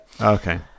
Okay